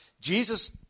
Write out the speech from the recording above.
Jesus